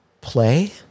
Play